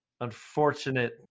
unfortunate